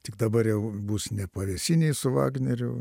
tik dabar jau bus ne pavėsinėj su vagneriu